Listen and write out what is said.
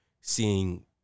seeing